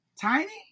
Tiny